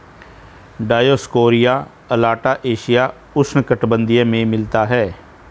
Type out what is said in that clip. Dioscorea alata एशियाई उष्णकटिबंधीय में मिलता है